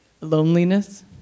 loneliness